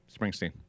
Springsteen